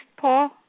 Paul